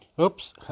Oops